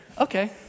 Okay